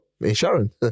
insurance